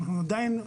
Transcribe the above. אנחנו עדיין,